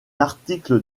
article